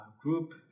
group